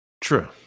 True